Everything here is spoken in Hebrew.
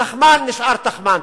תכמן נשאר תכמן.